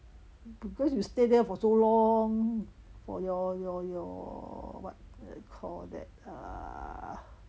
because you stay there for so long for your your your what you call that uh